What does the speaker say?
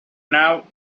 now